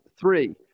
three